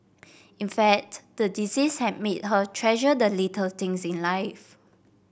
in fact the disease has made her treasure the little things in life